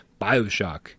Bioshock